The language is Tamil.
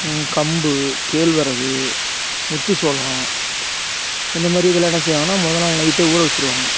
கம்பு கேழ்வரகு முத்து சோளம் இந்த மாதிரி இதெலாம் என்ன செய்வாங்கன்னால் மொதல் நாள் நைட்டே ஊற வச்சுருவாங்க